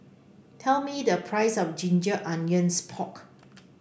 tell me the price of Ginger Onions Pork